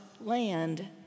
land